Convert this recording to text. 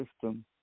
system